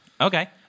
okay